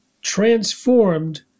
Transformed